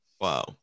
Wow